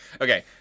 Okay